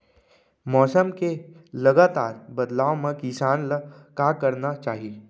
मौसम के लगातार बदलाव मा किसान ला का करना चाही?